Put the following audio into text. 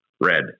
red